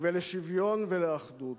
ולשוויון ולאחדות.